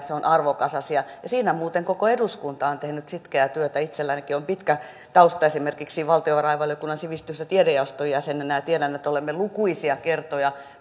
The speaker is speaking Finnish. se on arvokas asia ja siinä muuten koko eduskunta on tehnyt sitkeää työtä itsellänikin on pitkä tausta esimerkiksi valtiovarainvaliokunnan sivistys ja tiedejaoston jäsenenä ja tiedän että olemme lukuisia kertoja